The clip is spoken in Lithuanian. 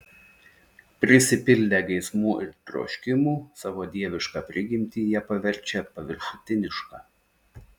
prisipildę geismų ir troškimų savo dievišką prigimtį jie paverčia paviršutiniška